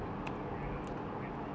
oh my god ya baru makan seh